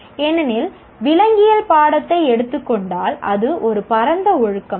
ஏனெனில் விலங்கியல் பாடத்தை எடுத்துக் கொண்டால் அது ஒரு பரந்த ஒழுக்கம்